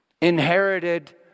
inherited